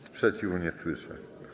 Sprzeciwu nie słyszę.